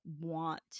want